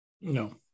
No